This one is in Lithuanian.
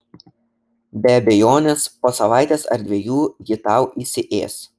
be abejonės po savaitės ar dviejų ji tau įsiės